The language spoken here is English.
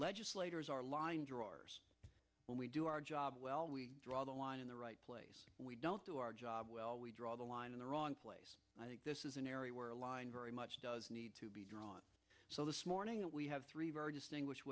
legislators are line drawers we do our job well we draw the line in the right place we don't do our job well we draw the line in the wrong place this is an area where a line very much does need to be drawn so this morning that we have three very distinguished